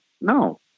No